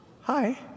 Hi